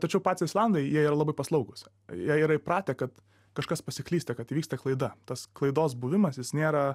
tačiau patys olandai jie yra labai paslaugūs jie yra įpratę kad kažkas pasiklysta kad įvyksta klaida tas klaidos buvimas jis nėra